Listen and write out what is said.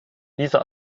dieser